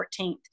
14th